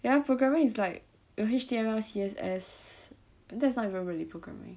ya programming is like you know H_T_M_L C_S_S that's not even really programming